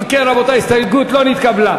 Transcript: אם כן, רבותי, ההסתייגות לא נתקבלה.